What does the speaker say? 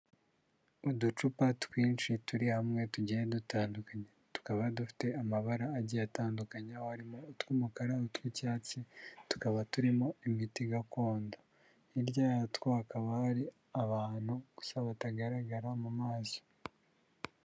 Uducupa twinshi turi hamwe tugiye dutandukanye, tukaba dufite amabara agiye atandukanya utw'umukara, utw'icyatsi, tukaba turimo imiti gakondo, hirya yatwa hakaba hari abantu gusa batagaragara mu maso.